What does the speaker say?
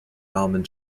almond